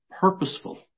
purposeful